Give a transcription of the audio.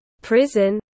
Prison